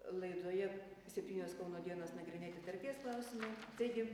laidoje septynios kauno dienos nagrinėti tarties klausimai taigi